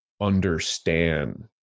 understand